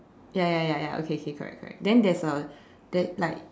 ya ya ya ya okay okay correct correct then there's a there like